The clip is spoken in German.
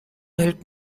hält